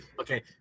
okay